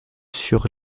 sur